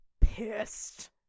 pissed